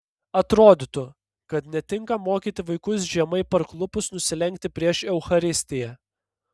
atrodytų kad netinka mokyti vaikus žemai parklupus nusilenkti prieš eucharistiją